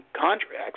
contracts